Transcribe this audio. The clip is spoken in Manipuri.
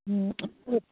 ꯑꯣ ꯑꯗꯨ